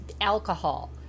alcohol